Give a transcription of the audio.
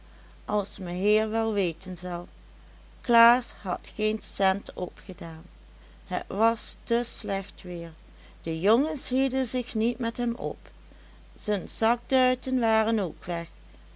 as meheer wel weten zel klaas had geen cent opgedaan het was te slecht weer de jongens hielden zich niet met hem op zen zakduiten waren ook weg